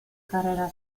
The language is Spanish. carrera